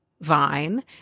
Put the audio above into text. vine